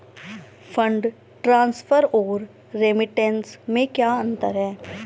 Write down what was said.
Fund transfer और remittance में क्या अंतर है?